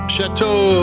Chateau